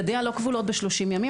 ידיעה לא כבולות ב-30 ימים.